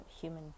human